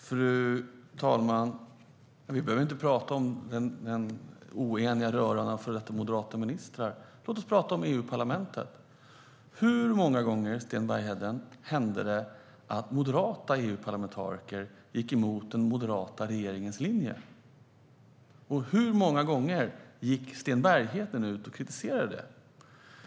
Fru talman! Vi behöver inte prata om den oeniga röran av före detta ministrar. Låt oss prata om EU-parlamentet! Hur många gånger, Sten Bergheden, hände det att moderata EU-parlamentariker gick emot den moderata regeringens linje? Och hur många gånger gick Sten Bergheden ut och kritiserade det?